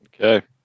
Okay